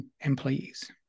employees